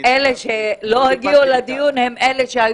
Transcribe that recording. אלה שלא הגיעו לדיון.